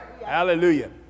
Hallelujah